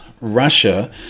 Russia